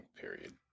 period